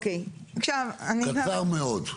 קצר מאוד.